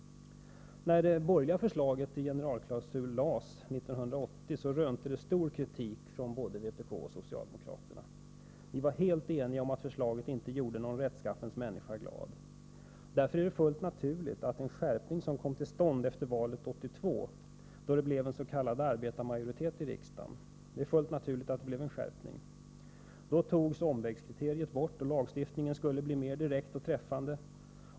När det borgerliga förslaget till generalklausul lades fram 1980 rönte det stor kritik från både vpk och socialdemokraterna. Vi var helt eniga om att det förslaget inte gjorde någon rättskaffens människa glad. Därför var det fullt naturligt att en skärpning kom till stånd efter valet 1982, då det blev en s.k. arbetarmajoritet i riksdagen. Det är som sagt fullt naturligt att det blev en skärpning. Då togs vissa omvägskriterier bort, och lagstiftningen skulle bli mer direkt och träffande.